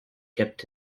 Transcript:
kept